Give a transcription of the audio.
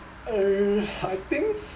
uh I think